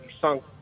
sunk